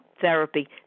therapy